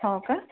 हो का